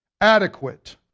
Adequate